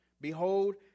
Behold